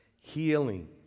Healing